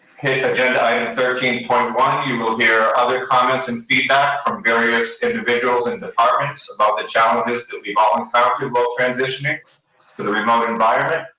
hit agenda item thirteen point one, you will hear other comments and feedback from various individuals and departments about the challenges that we've all encountered while transitioning to the remote environment,